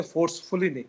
Forcefully